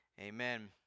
Amen